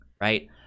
Right